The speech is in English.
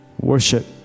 worship